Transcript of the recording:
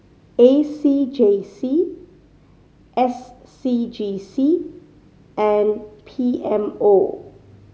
A C J C S C G C and P M O